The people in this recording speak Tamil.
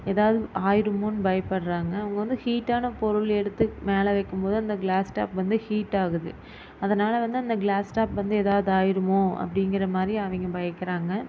எதாவது ஆயிடுமோன்னு பயப்படுறாங்க அவங்க வந்து ஹீட்டான பொருள் எடுத்து மேலே வைக்கும் போது அந்த கிளாஸ் டாப் வந்து ஹீட்டாகுது அதனால் வந்து அந்த கிளாஸ் டாப் வந்து ஏதாவுது ஆயிடுமோ அப்படிங்கிற மாதிரி அவங்க பயக்குறாங்கள்